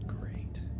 great